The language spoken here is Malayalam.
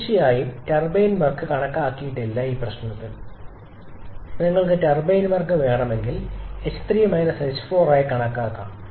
തീർച്ചയായും ടർബൈൻ വർക്ക് കണക്കാക്കിയിട്ടില്ല ഈ പ്രശ്നത്തിൽ നിങ്ങൾക്ക് ടർബൈൻ വർക്ക് വേണമെങ്കിൽ h3 h4 ആയി കണക്കാക്കാം